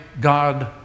God